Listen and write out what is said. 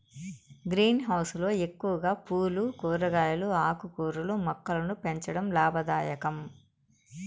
green house లో ఎక్కువగా పూలు, కూరగాయలు, ఆకుకూరల మొక్కలను పెంచడం లాభదాయకం